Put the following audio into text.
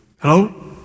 Hello